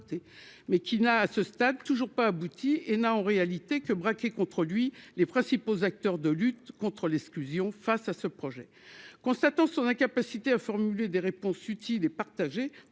mais qui n'a à ce stade, toujours pas abouti et n'a en réalité que braquer contre lui les principaux acteurs de lutte contre l'exclusion face à ce projet, constatant son incapacité à formuler des réponses utiles et partager